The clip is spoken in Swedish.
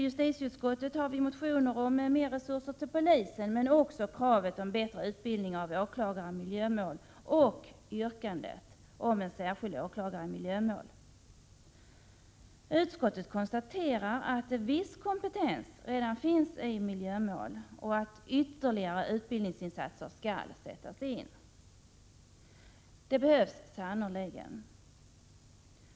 I justitieutskottet behandlas motioner som vi väckt om ökade resurser till polisen, men motionerna gäller också kravet om bättre utbildning av åklagare i miljömål och yrkandet om en särskild åklagare i miljömål. Utskottet konstaterar att viss kompetens redan finns i miljömål och att ytterligare utbildningsinsatser skall sättas in. Det behövs sannerligen.